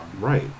Right